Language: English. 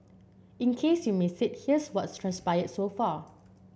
in case you missed it here's what's transpired so far